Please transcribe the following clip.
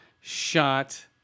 shot